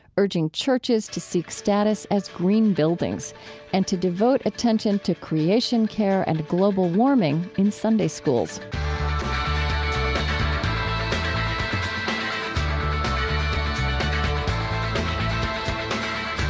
urging churches to seek status as green buildings and to devote attention to creation care and global warming in sunday schools um